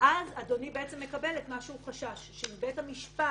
ואז אדוני מקבל את מה שהוא חשש שאם בית המשפט